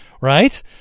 right